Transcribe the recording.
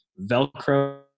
Velcro